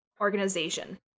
organization